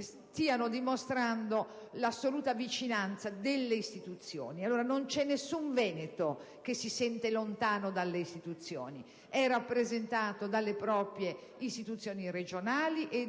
stanno dimostrando l'assoluta vicinanza delle istituzioni. Non c'è nessun Veneto che si sente lontano dalle istituzioni: è rappresentato dalle proprie istituzioni regionali e